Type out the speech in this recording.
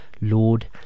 Lord